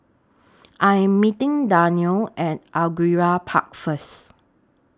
I Am meeting Danelle At Angullia Park First